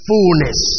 Fullness